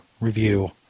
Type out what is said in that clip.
review